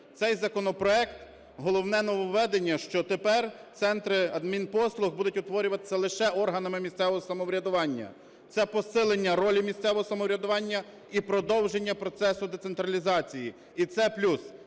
Цей законопроект… головне нововведення, що тепер центри адмінпослуг будуть утворюватися лише органами місцевого самоврядування, це посилення ролі місцевого самоврядування і продовження процесу децентралізації, і це плюс.